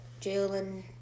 Jalen